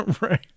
right